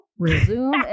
Resume